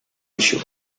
issue